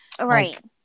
Right